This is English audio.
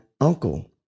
uncle